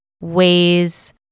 ways